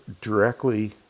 directly